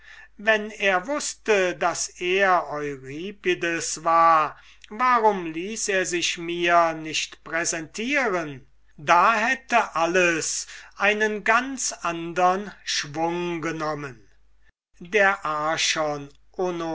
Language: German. wenn er wußte daß er euripides war warum ließ er sich mir nicht präsentieren da hätte alles einen ganz andern schwung bekommen der